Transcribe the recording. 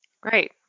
Great